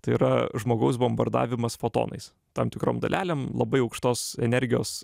tai yra žmogaus bombardavimas fotonais tam tikrom dalelėm labai aukštos energijos